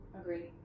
Agree